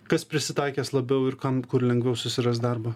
kas prisitaikęs labiau ir kam kur lengviau susirast darbą